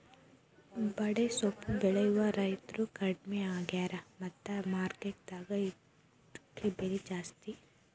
ಬಡೆಸ್ವಪ್ಪು ಬೆಳೆಯುವ ರೈತ್ರು ಕಡ್ಮಿ ಆಗ್ಯಾರ ಮತ್ತ ಮಾರ್ಕೆಟ್ ದಾಗ ಇದ್ಕ ಬೆಲೆ ಜಾಸ್ತಿ